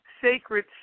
sacred